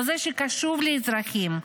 כזה שקשור לאזרחים,